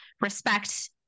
respect